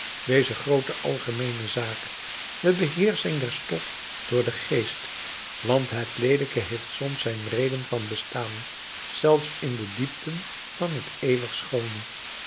deze groote algemeene zaak de beheersching der stof door den geest want het leelijke heeft soms zijn reden van bestaan zelfs in de diepten van het eeuwig schoone